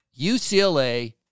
UCLA